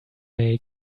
make